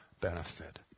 benefit